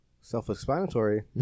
self-explanatory